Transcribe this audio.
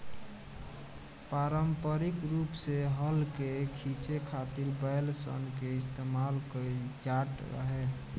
पारम्परिक रूप से हल के खीचे खातिर बैल सन के इस्तेमाल कईल जाट रहे